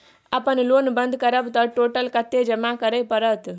अपन लोन बंद करब त टोटल कत्ते जमा करे परत?